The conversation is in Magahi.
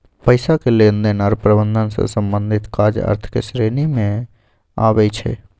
पइसा के लेनदेन आऽ प्रबंधन से संबंधित काज अर्थ के श्रेणी में आबइ छै